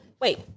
Wait